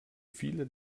viele